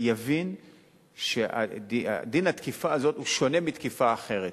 יבין שדין התקיפה הזאת שונה מדין תקיפה אחרת.